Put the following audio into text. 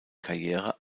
karriere